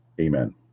Amen